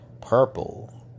purple